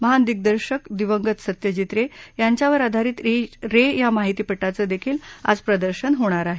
महान दिन्दर्शक दिवंगत सत्यजित रे यांच्यावर आधारित रे या माहितीपटाचं देखील आज प्रदर्शन होणार आहे